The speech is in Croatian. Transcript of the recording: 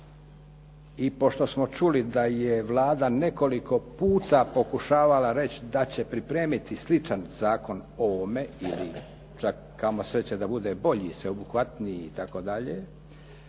i pošto smo čuli da je Vlada nekoliko puta pokušavala reći da će pripremiti sličan zakon o ovome ili čak kamo sreće da bude bolji, sveobuhvatniji i tako dalje,